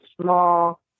small